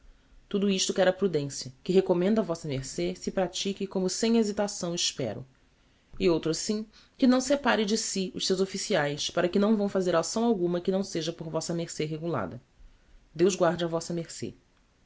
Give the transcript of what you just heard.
tudo isto quer a prudencia que recomendo a vm ce se pratique como sem hesitação espero e outro sim que não separe de si os seus officiaes para que não vão fazer acção alguma que não seja por vm ce regulada deus guarde a